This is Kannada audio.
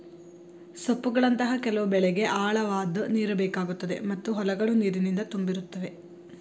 ಸೊಪ್ಪುಗಳಂತಹ ಕೆಲವು ಬೆಳೆಗೆ ಆಳವಾದ್ ನೀರುಬೇಕಾಗುತ್ತೆ ಮತ್ತು ಹೊಲಗಳು ನೀರಿನಿಂದ ತುಂಬಿರುತ್ತವೆ